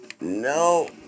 No